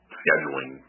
scheduling